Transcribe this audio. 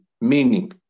Meaning